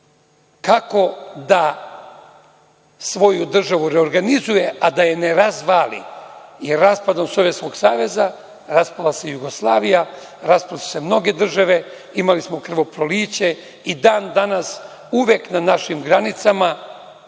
kako da svoju državu reorganizuje, a da je ne razvali i raspadom Sovjetskog saveza raspala se Jugoslavija, raspale su se mnoge države, imali smo krvoproliće i dan danas, uvek na našim granicama,